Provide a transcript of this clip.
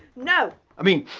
no! i mean,